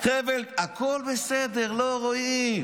חבל, הכול בסדר, לא רואים.